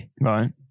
right